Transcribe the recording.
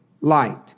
light